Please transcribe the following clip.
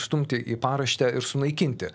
išstumti į paraštę ir sunaikinti